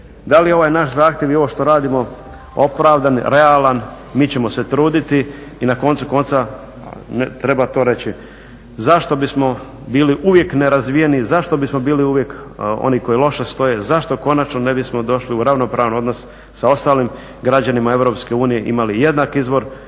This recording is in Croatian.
Da li je ovaj naš zahtjev i ovo što radimo opravdan, realan, mi ćemo se truditi i na koncu konca treba to reći zašto bismo bili uvijek nerazvijeni, zašto bismo bili uvijek oni koji loše stoje, zašto konačno ne bismo došli u ravnopravni odnos sa ostalim građanima Europske unije, imali jednake izvore